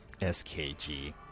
SKG